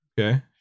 Okay